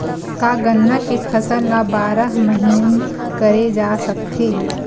का गन्ना के फसल ल बारह महीन करे जा सकथे?